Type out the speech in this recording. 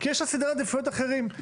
כי יש לה סדרי עדיפויות אחרים,